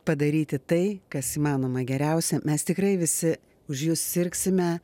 padaryti tai kas įmanoma geriausia mes tikrai visi už jus sirgsime